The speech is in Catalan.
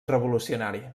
revolucionari